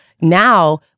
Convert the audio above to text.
Now